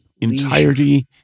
entirety